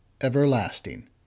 everlasting